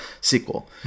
sequel